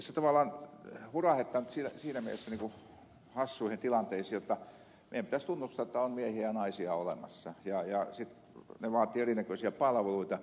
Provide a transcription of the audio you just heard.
tässä tavallaan hurahdetaan nyt siinä mielessä hassuihin tilanteisiin jotta meidän pitäisi tunnustaa että on miehiä ja naisia olemassa ja sitten he vaativat erinäköisiä palveluita